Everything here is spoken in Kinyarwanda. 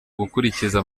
gukurikiza